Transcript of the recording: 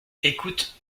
écoute